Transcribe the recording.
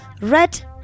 Red